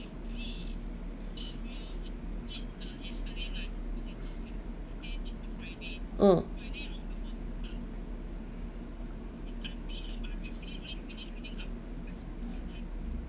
mm